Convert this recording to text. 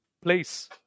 place